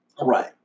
Right